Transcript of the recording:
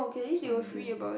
so I'm in D-and-T